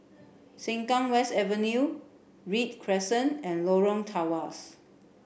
Sengkang West Avenue Read Crescent and Lorong Tawas